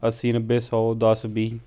ਅੱਸੀ ਨੱਬੇ ਸੌ ਦਸ ਵੀਹ